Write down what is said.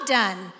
done